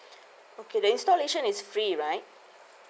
okay the installation is free right